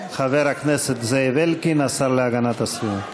חבר הכנסת זאב אלקין, השר להגנת הסביבה.